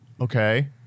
okay